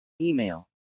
Email